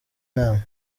nama